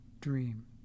dream